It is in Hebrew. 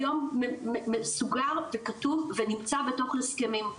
היום מסוגר וכתוב ונמצא בתוך הסכמים,